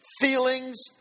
feelings